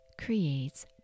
creates